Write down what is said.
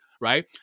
right